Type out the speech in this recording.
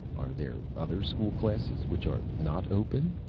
are there other school classes which are not open?